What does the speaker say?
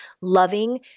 loving